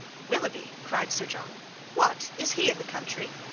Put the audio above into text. willoughby! cried sir john what, is he in the country?